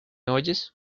oyes